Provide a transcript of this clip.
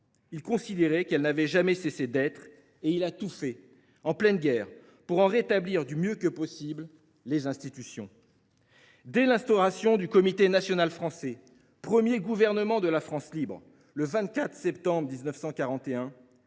la République n’avait jamais cessé d’être et il a tout fait, en pleine guerre, pour en rétablir les institutions. Dès l’instauration du Comité national français (CNF), premier gouvernement de la France libre, le 24 septembre 1941,